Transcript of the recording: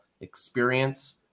experience